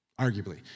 arguably